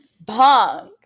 Bong